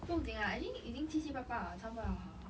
风景 ah actually 已经七七八八 liao 差不多要好了